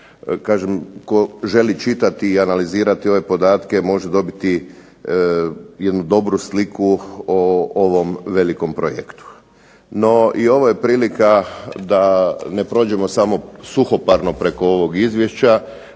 tko želi čitati i analizirati ove podatke može dobiti jednu dobru sliku o ovom velikom projektu. No, i ovo je prilika da ne prođemo samo suhoparno preko ovog izvješća